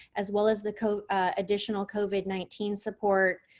as well as the additional covid nineteen support,